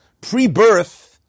Pre-birth